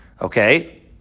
Okay